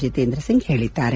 ಜಿತೇಂದ್ರ ಸಿಂಗ್ ಹೇಳಿದ್ದಾರೆ